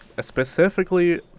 specifically